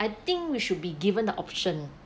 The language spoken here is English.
I think we should be given the option